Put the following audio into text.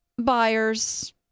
buyers